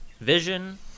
vision